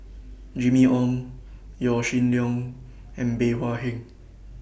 Jimmy Ong Yaw Shin Leong and Bey Hua Heng